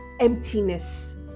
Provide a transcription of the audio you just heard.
emptiness